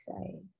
say